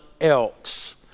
else